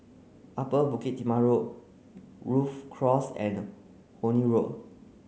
Upper Bukit Timah Road Rhu Cross and Horne Road